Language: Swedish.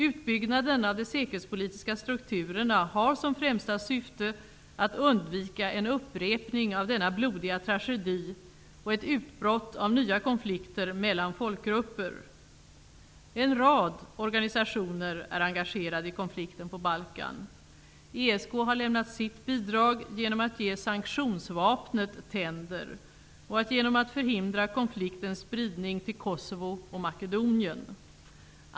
Utbyggnaden av de säkerhetspolitiska strukturerna har som främsta syfte att undvika en upprepning av denna blodiga tragedi och ett utbrott av nya konflikter mellan folkgrupper. En rad organisationer är engagerade i konflikten på Balkan. ESK har lämnat sitt bidrag genom att ge sanktionsvapnet tänder och genom att förhindra konfliktens spridning till Kosovo och Makedonien.